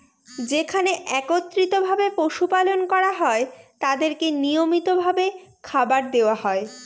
যেখানে একত্রিত ভাবে পশু পালন করা হয় তাদেরকে নিয়মিত ভাবে খাবার দেওয়া হয়